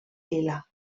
lila